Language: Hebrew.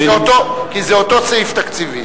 כי זה אותו סעיף תקציבי.